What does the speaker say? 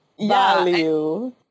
value